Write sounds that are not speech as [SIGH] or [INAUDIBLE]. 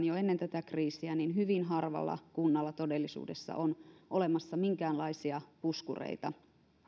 [UNINTELLIGIBLE] jo ennen tätä kriisiä hyvin harvalla kunnalla todellisuudessa on olemassa minkäänlaisia puskureita